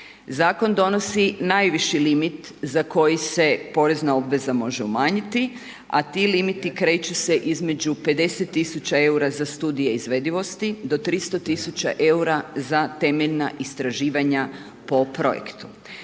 Zakon donosi najviši limit za koji se porezna obveza može umanjiti a ti limiti kreću se između 50 000 eura za studije izvedivosti do 300 000 eura za temeljna istraživanja po projektu.